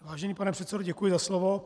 Vážený pane předsedo, děkuji za slovo.